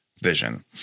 vision